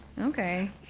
okay